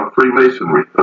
Freemasonry